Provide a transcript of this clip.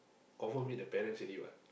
confirm meet the parents already what